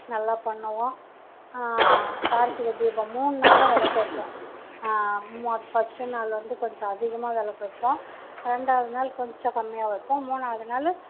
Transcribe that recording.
நல்லா பண்ணுவோம் கார்த்திகை தீபம் மூணு நாளும் விளக்கு வைப்போம் ஃபர்ஸ்ட்டு நாள் வந்து கொஞ்சம் அதிகமாக விளக்கு வைப்போம் ரெண்டாவது நாள் கொஞ்சம் கம்மியாக வைப்போம் மூணாவது நாள்